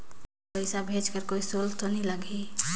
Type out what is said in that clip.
पइसा भेज कर कोई शुल्क तो नी लगही?